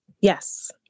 Yes